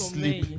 Sleep